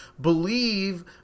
believe